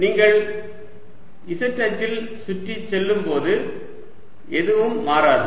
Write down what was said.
நீங்கள் z அச்சில் சுற்றிச் செல்லும் போது எதுவும் மாறாது